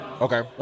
Okay